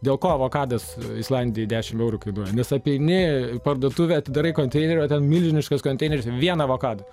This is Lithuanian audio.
dėl ko avokadas islandijoj dešimt eurų kainuoja nes apeini parduotuvę atidarai konteinerį o ten milžiniškas konteineris vien avokadų